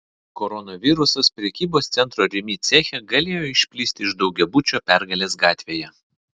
koronavirusas prekybos centro rimi ceche galėjo išplisti iš daugiabučio pergalės gatvėje